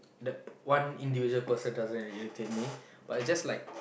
the p~ one individual doesn't irritate me but it's just like